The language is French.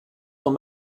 sont